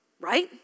Right